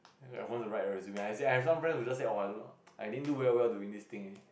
what's the right resume I said I have some friends who just say oh I didn't do very well into these things